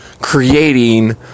creating